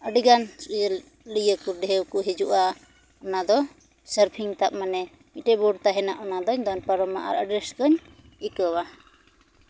ᱟᱹᱰᱤ ᱜᱟᱱ ᱤᱭᱟᱹ ᱤᱭᱟᱹ ᱠᱚ ᱰᱷᱮᱣ ᱠᱚ ᱦᱤᱡᱩᱜᱼᱟ ᱚᱱᱟ ᱫᱚ ᱥᱟᱨᱯᱷᱤᱝ ᱛᱟᱯ ᱢᱟᱱᱮ ᱢᱤᱫᱴᱮᱡ ᱵᱳᱰ ᱛᱟᱦᱮᱱᱟ ᱚᱱᱟᱫᱤᱧ ᱫᱚᱱ ᱯᱟᱨᱚᱢᱟ ᱟᱨ ᱟᱹᱰᱤ ᱨᱟᱹᱥᱠᱟᱹᱧ ᱟᱹᱭᱠᱟᱹᱣᱟ